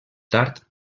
tard